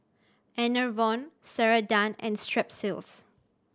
Enervon Ceradan and Strepsils